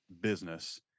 business